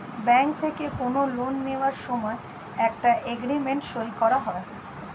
bank থেকে কোনো loan নেওয়ার সময় একটা এগ্রিমেন্ট সই করা হয়